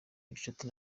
gicuti